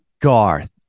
Garth